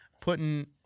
putting